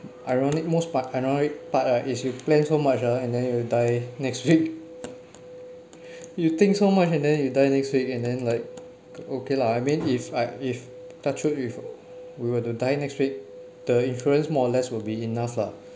ironic most part ironic part uh is you plan so much ah and then you die next week you think so much and then you die next week and then like okay lah I mean if I if touch wood if we were to die next week the insurance more or less will be enough lah